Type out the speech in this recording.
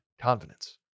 confidence